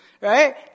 right